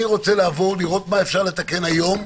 אני רוצה לעבור, לראות מה אפשר לתקן היום,